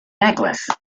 necklace